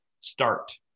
start